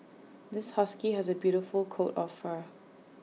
this husky has A beautiful coat of fur